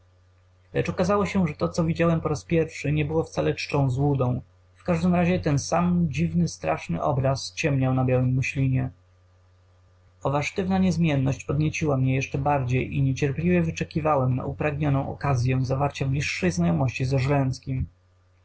okazało się że to co widziałem po raz pierwszy nie było wcale czczą złudą w każdym razie ten sam dziwnie straszny obraz ciemniał na białym muślinie owa sztywna niezmienność podnieciła mnie jeszcze bardziej i niecierpliwie wyczekiwałem na upragnioną okazyę zawarcia bliższej znajomości